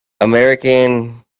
American